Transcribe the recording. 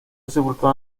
sepultado